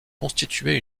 constitué